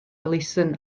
elusen